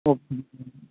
okay